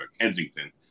Kensington